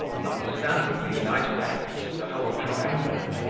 notwithstanding the united efforts of the whole triumvirate,